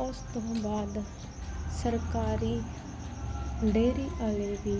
ਉਸ ਤੋਂ ਬਾਅਦ ਸਰਕਾਰੀ ਡੇਰੀ ਵਾਲੇ ਵੀ